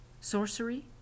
sorcery